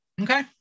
Okay